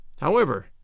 However